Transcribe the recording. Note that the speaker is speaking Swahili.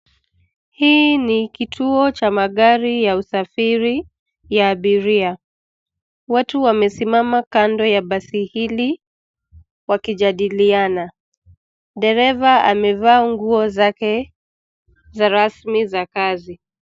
Hii ni kituo cha magari ya usafiri ya abiria. Watu wamesimama kando ya basi hili wakijadiliana. Dereva amevaa nguo zake za rasmi za kazi.